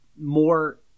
more